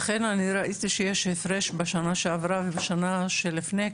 אכן אני ראית שיש הפרש בשנה שעברה ובשנה של לפני,